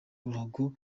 uruhago